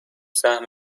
سهم